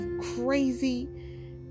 crazy